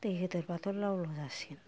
दै होदेरब्लाथ' लाव लाव जासिगोन